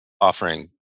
offering